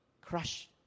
crush